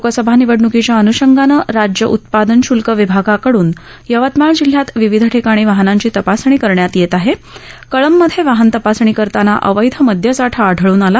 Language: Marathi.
लोकसभा निवडणूकीच्या अनुषंगाने राज्य उत्पादन शुल्क विभागाकडून यवतमाळ जिल्ह्यात विविध ठिकाणी वाहनांची तपासणी करण्यात येत असून कळंब मधे वाहन तपासणी करताना अवैध मद्यसाठा आढळून आला